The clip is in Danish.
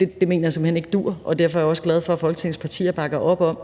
Det mener jeg simpelt hen ikke duer, og derfor er jeg også glad for, at Folketingets partier bakker op om,